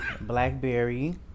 Blackberry